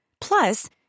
Plus